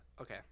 Okay